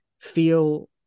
feel